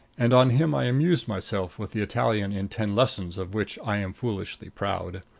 and on him i amused myself with the italian in ten lessons of which i am foolishly proud.